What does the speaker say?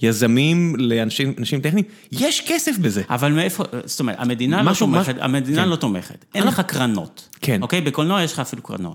ליזמים, לאנשים טכניים. יש כסף בזה. אבל מאיפה... זאת אומרת, המדינה לא תומכת. אין לך קרנות, אוקיי? בקולנוע יש לך אפילו קרנות.